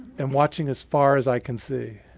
and watching as far as i can see.